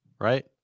right